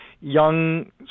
young